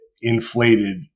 inflated